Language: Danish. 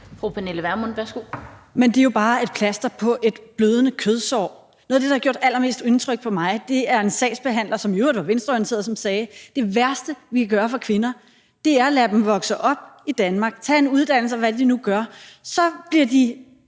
Pernille Vermund (NB): Men det er jo bare et plaster på et blødende kødsår. Noget af det, der har gjort allermest indtryk på mig, er en sagsbehandler, som i øvrigt var venstreorienteret, som sagde, at det værste, vi kan gøre for kvinder, er at lade dem vokse op i Danmark, tage en uddannelse, og hvad de nu gør, for så bliver de